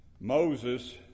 Moses